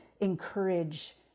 encourage